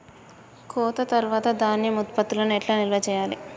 కోత తర్వాత ధాన్యం ఉత్పత్తులను ఎట్లా నిల్వ చేయాలి?